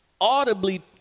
audibly